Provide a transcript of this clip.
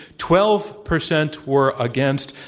twelve percent were against.